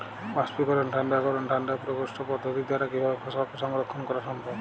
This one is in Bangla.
বাষ্পীকরন ঠান্ডা করণ ঠান্ডা প্রকোষ্ঠ পদ্ধতির দ্বারা কিভাবে ফসলকে সংরক্ষণ করা সম্ভব?